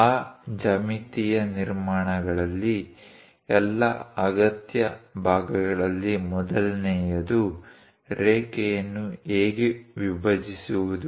ಆ ಜ್ಯಾಮಿತೀಯ ನಿರ್ಮಾಣಗಳಲ್ಲಿ ಎಲ್ಲಾ ಅಗತ್ಯ ಭಾಗಗಳಲ್ಲಿ ಮೊದಲನೆಯದು ರೇಖೆಯನ್ನು ಹೇಗೆ ವಿಭಜಿಸುವುದು